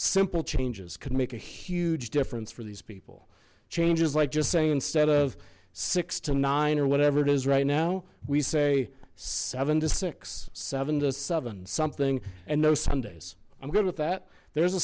simple changes could make a huge difference for these people changes like just saying instead of six to nine or whatever it is right now we say seven to six seven to seven something and no sunday's i'm good with that there